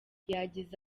yagize